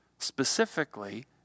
specifically